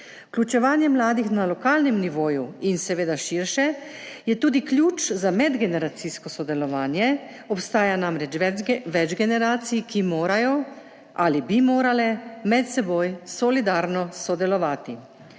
Vključevanje mladih na lokalnem nivoju in seveda širše je tudi ključ za medgeneracijsko sodelovanje. Obstaja namreč več generacij, ki morajo ali bi morale med seboj solidarno sodelovati.